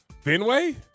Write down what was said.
Fenway